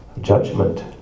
judgment